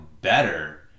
better